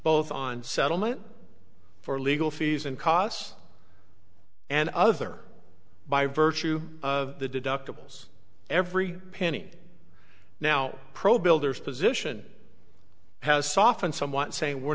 both on settlement for legal fees and costs and other by virtue of the deductibles every penny now pro builders position has softened somewhat saying we're